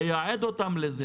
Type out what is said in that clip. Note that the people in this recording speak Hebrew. לייעד אותם לזה.